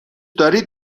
دارید